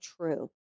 true